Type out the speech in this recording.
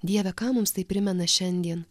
dieve ką mums tai primena šiandien